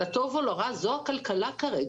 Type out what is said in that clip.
לטוב או לרע, זו הכלכלה כרגע.